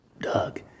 Doug